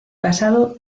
casado